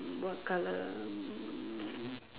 what colour mm